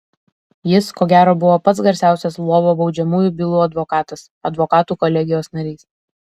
jis ko gero buvo pats garsiausias lvovo baudžiamųjų bylų advokatas advokatų kolegijos narys